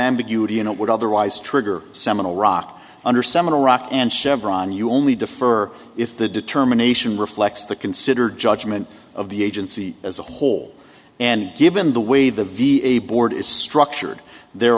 ambiguity in what would otherwise trigger seminal rock under seminal rock and chevron you only defer if the determination reflects the considered judgment of the agency as a whole and given the way the v a board is structured there